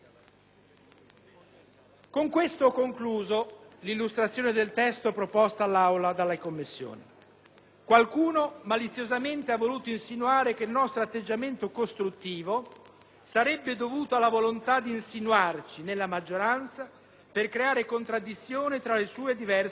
Con questo ho concluso l'illustrazione del testo proposto all'Assemblea dalle Commissioni. Qualcuno, maliziosamente, ha voluto insinuare che il nostro atteggiamento costruttivo sarebbe dovuto alla volontà di insinuarci nella maggioranza per creare contraddizione tra le sue diverse componenti.